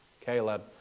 Caleb